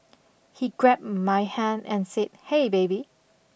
he grabbed my hand and said hey baby